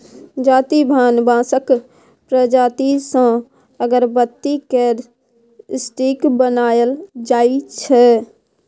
जाति भान बाँसक प्रजाति सँ अगरबत्ती केर स्टिक बनाएल जाइ छै